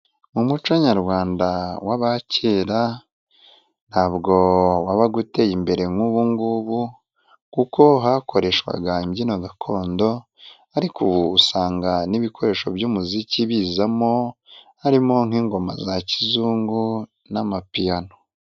Mu muco nyarwanda w'abakera, ntabwo wabaga uteye imbere nk'ubu ngubu kuko hakoreshwaga imbyino gakondo ariko ubu usanga n'ibikoresho by'umuziki bizamo, harimo nk'ingoma za kizungu n'amapiyano.